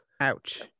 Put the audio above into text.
Ouch